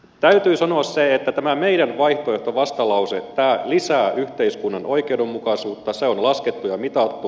täytyy sanoa se että tämä meidän vaihtoehtovastalauseemme lisää yhteiskunnan oikeudenmukaisuutta se on laskettu ja mitattu